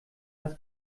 das